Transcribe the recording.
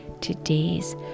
today's